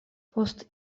post